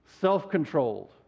self-controlled